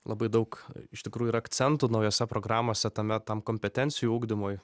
labai daug iš tikrųjų yra akcentų naujose programose tame tam kompetencijų ugdymui